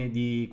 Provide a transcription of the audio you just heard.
di